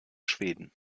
schweden